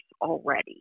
already